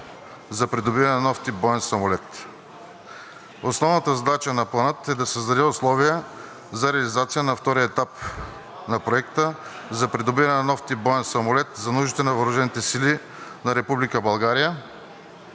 за придобиване на нов тип боен самолет. Основната задача на Плана е да създаде условия за реализация на втория етап на Проекта за придобиване на нов тип боен самолет за нуждите на въоръжените сили на